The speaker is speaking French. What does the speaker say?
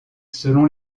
selon